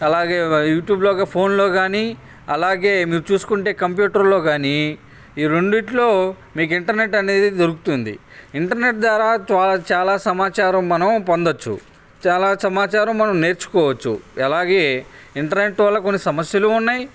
అలాగే యూట్యూబ్లో ఫోన్లో కానీ అలాగే మీరు చూసుకుంటే కంప్యూటర్లో కానీ ఈ రెండిట్లో మీకు ఇంటర్నెట్ అనేది దొరుకుతుంది ఇంటర్నెట్ ద్వారా చాలా సమాచారం మనం పొందవచ్చు చాలా సమాచారం మనం నేర్చుకోవచ్చు ఎలాగే ఇంటర్నెట్ వల్ల కొన్ని సమస్యలు ఉన్నాయి